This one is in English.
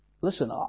Listen